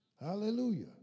Hallelujah